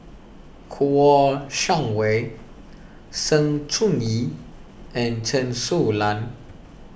Kouo Shang Wei Sng Choon Yee and Chen Su Lan